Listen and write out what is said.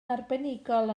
arbenigol